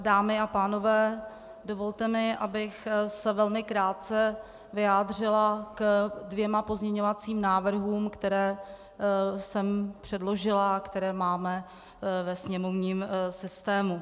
Dámy a pánové, dovolte mi, abych se velmi krátce vyjádřila k dvěma pozměňovacím návrhům, které jsem předložila a které máme ve sněmovním systému.